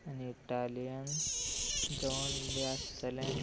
आनी इटालीयन जेवण बी आसतलें